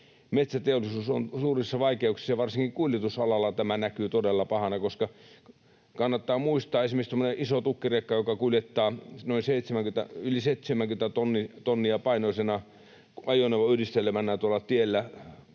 metsäteollisuus on suurissa vaikeuksissa, ja varsinkin kuljetusalalla tämä näkyy todella pahana. Kannattaa muistaa, että esimerkiksi tämmöinen iso tukkirekka, joka kuljettaa yli 70 tonnin painoisena ajoneuvoyhdistelmänä tuolla